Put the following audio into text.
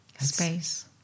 Space